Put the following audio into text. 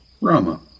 Rama